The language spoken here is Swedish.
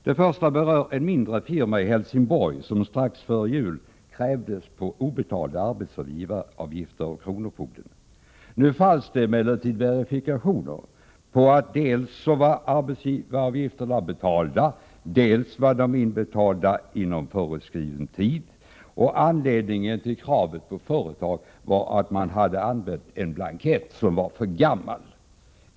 Det första berör en mindre firma i Helsingborg som strax före jul krävdes på obetalda arbetsgivaravgifter av kronofogden. Nu fanns emellertid verifikationer dels på att arbetsgivaravgifterna var betalda, dels på att de var inbetalda inom föreskriven tid. Anledningen till kravet på företaget var att man hade använt en blankett som var för gammal.